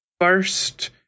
first